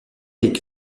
avec